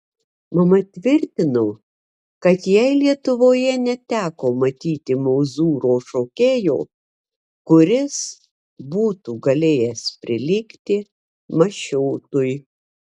mama tvirtino kad jai lietuvoje neteko matyti mozūro šokėjo kuris būtų galėjęs prilygti mašiotui